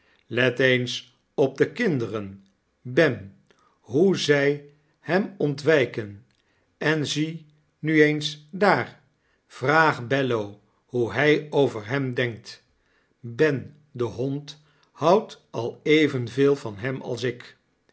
let eens op de kinderen ben hoe zy hem ontwyken en zie nu eens dr vraag bello hoe hy over hem denktl ben de hond houdt al evenveel van hem a s ik